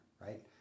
right